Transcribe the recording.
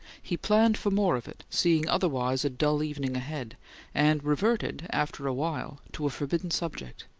he planned for more of it, seeing otherwise a dull evening ahead and reverted, afterwhile, to a forbidden subject.